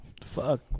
Fuck